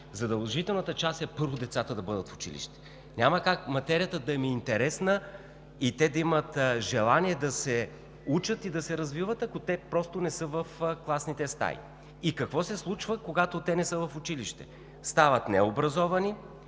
задължителната част е, първо, децата да бъдат в училище. Няма как материята да им е интересна и да имат желание да се учат и да се развиват, ако те просто не са в класните стаи. Какво се случва, когато те не са в училище? Стават необразовани,